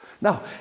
Now